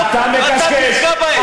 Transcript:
ואתה תפגע בהם.